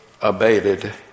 abated